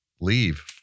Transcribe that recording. leave